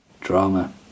Drama